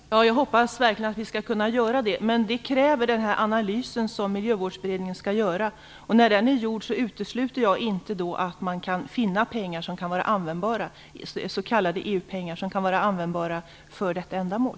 Fru talman! Jag hoppas verkligen att vi skall kunna göra det. Men det kräver den analys som Miljövårdsberedningen skall göra. När den är gjord finner jag det inte uteslutet att man kan få fram s.k. EU pengar som kan vara användbara för detta ändamål.